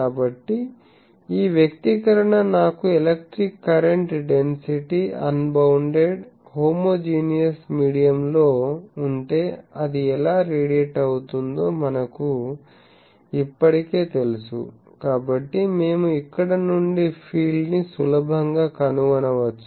కాబట్టి ఈ వ్యక్తీకరణ నాకు electric current density unbounded homogeneous medium లో ఉంటే అది ఎలా రేడియేట్ అవుతుందో మనకు ఇప్పటికే తెలుసు కాబట్టి మేము ఇక్కడ నుండి ఫీల్డ్ ని సులభంగా కనుగొనవచ్చు